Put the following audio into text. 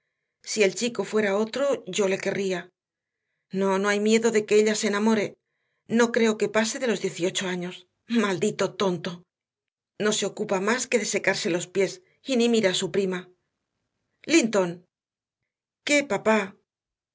si el chico fuera otro yo le querría no no hay miedo de que ella se enamore no creo que pase de los dieciocho años maldito tonto no se ocupa más que de secarse los pies y ni mira a su prima linton qué papá